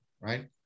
right